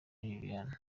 liliane